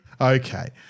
okay